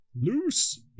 Loose